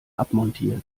abmontiert